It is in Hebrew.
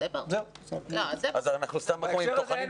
זאת המצווה הבסיסית